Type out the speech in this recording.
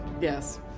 Yes